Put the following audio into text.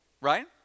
right